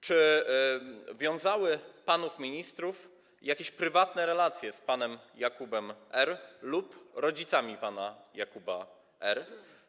Czy wiązały panów ministrów jakieś prywatne relacje z panem Jakubem R. lub rodzicami pana Jakuba R.